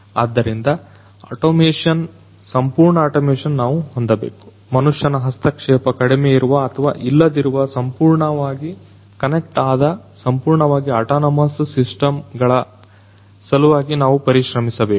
ಆದ್ದರಿಂದ ಅಟೋಮೇಶನ್ ಸಂಪೂರ್ಣ ಅಟೋಮೇಶನ್ ನಾವು ಹೊಂದಬೇಕು ಮನುಷ್ಯನ ಹಸ್ತಕ್ಷೇಪ ಕಡಿಮೆಯಿರುವ ಅಥವಾ ಇಲ್ಲದಿರುವ ಸಂಪೂರ್ಣವಾಗಿ ಕನೆಕ್ಟ್ ಆದ ಸಂಪೂರ್ಣವಾಗಿ ಆಟಾನಮಸ್ ಸಿಸ್ಟಮ್ ಗಳ ಸಲುವಾಗಿ ನಾವು ಪರಿಶ್ರಮಿಸಬೇಕು